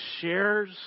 shares